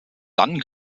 dann